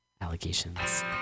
allegations